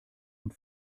und